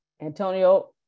Antonio